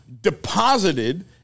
deposited